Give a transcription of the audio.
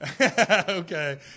Okay